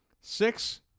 Six